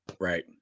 Right